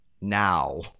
now